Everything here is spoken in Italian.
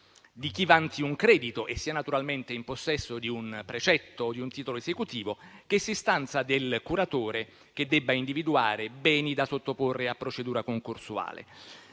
di chi vanti un credito e sia naturalmente in possesso di un precetto o di un titolo esecutivo, sia su istanza del curatore che debba individuare i beni da sottoporre a procedura concorsuale.